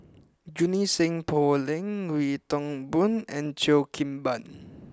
Junie Sng Poh Leng Wee Toon Boon and Cheo Kim Ban